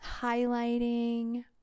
highlighting